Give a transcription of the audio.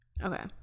okay